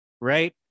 right